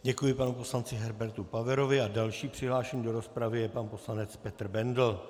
Děkuji panu poslanci Herbertu Paverovi a další přihlášený do rozpravy je pan poslanec Petr Bendl.